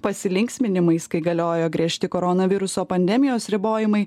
pasilinksminimais kai galiojo griežti koronaviruso pandemijos ribojimai